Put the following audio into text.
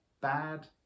bad